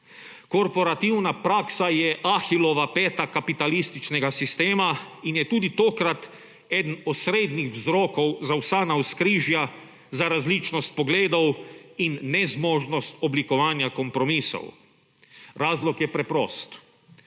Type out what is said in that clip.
Korporativna praksa je Ahilova peta kapitalističnega sistema in je tudi tokrat eden osrednjih vzrokov za vsa navzkrižja, za različnost pogledov in nezmožnost oblikovanja kompromisov. Razlog je preprost,